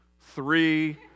three